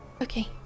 Okay